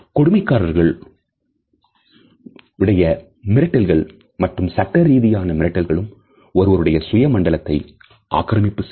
கொடுமைக்காரர்கள் உடைய மிரட்டல்கள் மற்றும் சட்டரீதியான மிரட்டல்களும் ஒருவருடைய சுய மண்டலத்தை ஆக்கிரமிப்பு செய்யும்